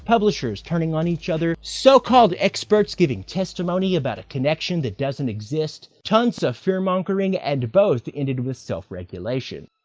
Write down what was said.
publishers turning on each other, so-called experts giving testimony about a connection that doesn't exist, tons of fear-mongering and both ended with self regulation.